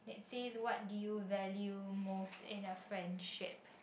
says what did you value most in a friendship